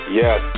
yes